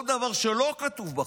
כל דבר שלא כתוב בחוק,